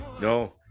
No